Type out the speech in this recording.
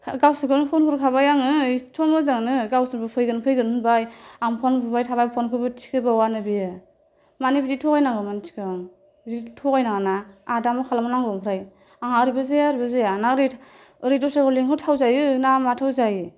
गावसोरखौनो होनहर खाबाय आङो एथ' मोजांनो गावसोरबो फैगोन फैगोन होनबाय आं फन बुबाय थाबाय फनखौबो थिखोबावानो बियो मानो बिदि थगाय नांगौ मान्थिखौ बिदि थगाय नाङा ना आहा दा मा खालाम नांगौ आमफ्राय आंहा ओरैबो जाया ओरैबो जाया ओरै दसराखौ लिंहरथावजायो ना माथावजायो